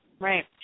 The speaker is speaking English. Right